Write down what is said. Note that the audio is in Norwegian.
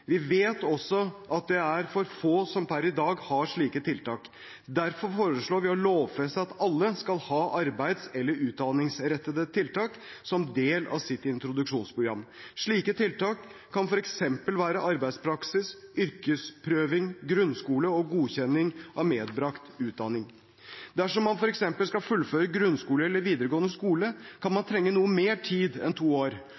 Vi vet også at det er for få som per i dag har slike tiltak. Derfor foreslår vi å lovfeste at alle skal ha arbeids- eller utdanningsrettede tiltak som del av sitt introduksjonsprogram. Slike tiltak kan f.eks. være arbeidspraksis, yrkesprøving, grunnskole og godkjenning av medbrakt utdanning. Dersom man f.eks. skal fullføre grunnskole eller videregående skole, kan man trenge noe mer tid enn to år.